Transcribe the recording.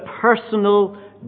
personal